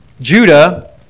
Judah